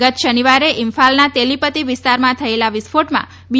ગત શનિવારે ઇમ્ફાલના તેલીપતી વિસ્તારમાં થયેલા વિસ્ફોટમાં બી